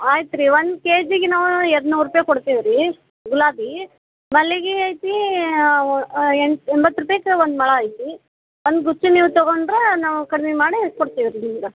ಆಯ್ತು ರೀ ಒನ್ ಕೆಜಿಗೆ ನಾವು ಎರಡು ನೂರು ರೂಪಾಯಿ ಕೊಡ್ತೀವಿ ರೀ ಗುಲಾಬಿ ಮಲ್ಲಿಗೆ ಐತಿ ಎಂಟು ಒಂಬತ್ತು ರೂಪಾಯ್ಗ್ ಒಂದು ಮೊಳ ಐತಿ ಒಂದು ಬುಟ್ಟಿ ನೀವು ತಗೊಂಡ್ರೆ ನಾವು ಕಡ್ಮೆ ಮಾಡಿ ಕೊಡ್ತೀವಿ ರೀ ನಿಮ್ಗೆ